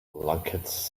lunkheads